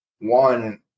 One